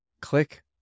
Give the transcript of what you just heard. Click